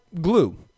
glue